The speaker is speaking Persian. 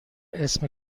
اسم